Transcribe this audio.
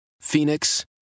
Phoenix